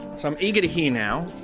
so i'm eager to hear now.